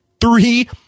three